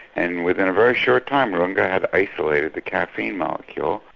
and within a very short time, runge had isolated the caffeine molecule,